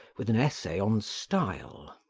with an essay on style,